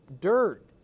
dirt